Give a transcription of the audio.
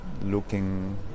looking